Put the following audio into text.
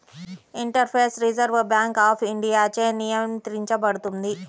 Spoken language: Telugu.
ఇంటర్ఫేస్ రిజర్వ్ బ్యాంక్ ఆఫ్ ఇండియాచే నియంత్రించబడుతుంది